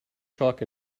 chalk